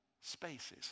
spaces